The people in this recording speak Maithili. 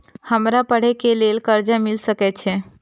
हमरा पढ़े के लेल कर्जा मिल सके छे?